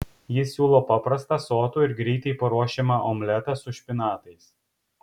jis siūlo paprastą sotų ir greitai paruošiamą omletą su špinatais